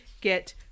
get